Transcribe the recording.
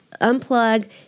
unplug